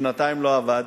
שנתיים לא עבד.